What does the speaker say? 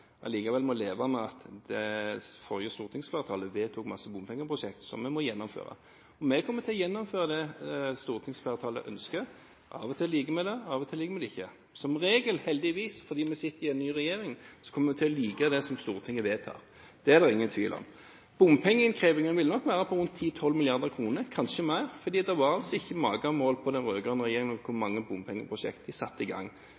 må leve med at det forrige stortingsflertallet vedtok en masse bompengeprosjekter som regjeringen må gjennomføre. Vi kommer til å gjennomføre det stortingsflertallet ønsker. Av og til liker vi det; av og til liker vi det ikke. Fordi vi sitter i en ny regjering, kommer vi heldigvis som regel til å like det Stortinget vedtar. Det er det ingen tvil om. Bompengeinnkrevingen vil nok være på rundt 10–12 mrd. kr – kanskje mer. For det var ikke magemål hos den rød-grønne regjeringen når det gjaldt å sette i gang